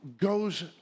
goes